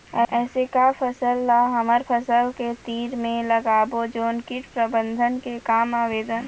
ऐसे का फसल ला हमर फसल के तीर मे लगाबो जोन कीट प्रबंधन के काम आवेदन?